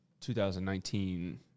2019